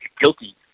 guilty